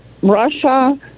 russia